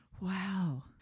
Wow